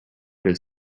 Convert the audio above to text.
does